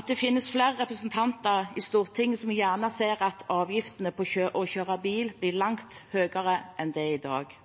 at det finnes flere representanter i Stortinget som gjerne ser at avgiftene på å kjøre bil blir langt høyere enn de er i dag.